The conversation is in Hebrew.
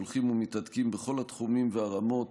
היחסים בהחלט הולכים ומתהדקים בכל התחומים והרמות,